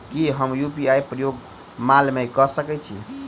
की हम यु.पी.आई केँ प्रयोग माल मै कऽ सकैत छी?